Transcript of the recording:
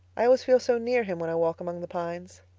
i always feel so near him when i walk among the pines.